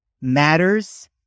matters